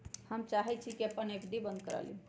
हम चाहई छी कि अपन एफ.डी बंद करा लिउ